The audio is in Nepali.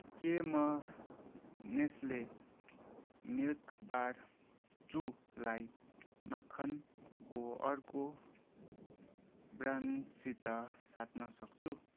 के म नेस्ले मिल्किबार चूलाई मख्खनको अर्को ब्रान्डसित साट्नसक्छु